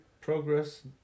progress